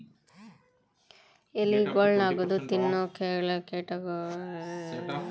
ಎಲಿಗೊಳ್ನ ಅಗದು ತಿನ್ನೋ ಕೇಟಗೊಳ್ನ ಯಾವ ಕೇಟನಾಶಕದಿಂದ ತಡಿಬೋದ್ ರಿ?